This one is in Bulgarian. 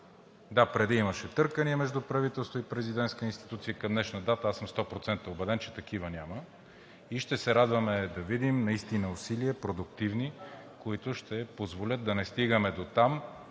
Да, преди имаше търкания между правителство и президентска институция. Към днешна дата аз съм 100% убеден, че такива няма, и ще се радваме да видим усилия – продуктивни, които ще позволят да не стигаме до там